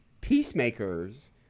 peacemakers